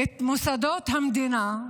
את מוסדות המדינה,